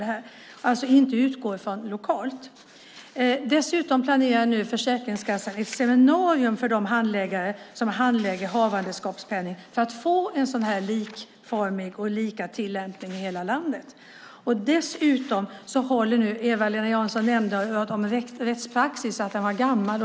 Den ska alltså inte utgå från lokala förhållanden. Dessutom planerar nu Försäkringskassan ett seminarium för handläggarna av havandeskapspenning för att få en likformig och lika tillämpning i hela landet. Eva-Lena Jansson nämnde rättspraxis och att den är gammal.